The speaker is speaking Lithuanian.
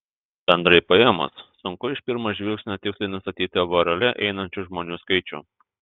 bendrai paėmus sunku iš pirmo žvilgsnio tiksliai nustatyti vorele einančių žmonių skaičių